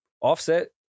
Offset